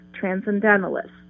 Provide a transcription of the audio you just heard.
transcendentalists